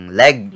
leg